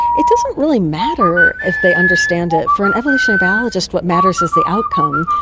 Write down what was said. it doesn't really matter if they understand it. for an evolutionary biologist what matters is the outcome.